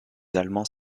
allemands